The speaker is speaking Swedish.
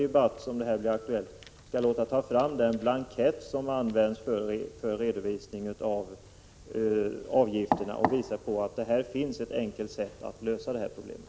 Det är lämpligt att till nästa debatt ta fram den blankett som används för redovisning av avgifterna och visa att det finns ett enkelt sätt att lösa problemet.